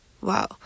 Wow